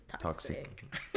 toxic